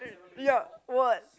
ya what